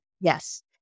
Yes